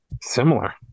Similar